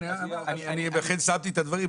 לכן אני סייגתי את הדברים,